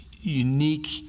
unique